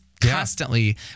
constantly